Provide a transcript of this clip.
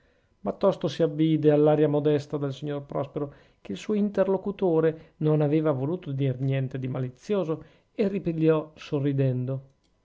ma tosto si avvide all'aria modesta del signor prospero che il suo interlocutore non aveva voluto dir niente di malizioso e ripigliò sorridendo